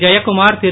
Jayakumar Thiru